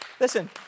Listen